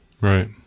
Right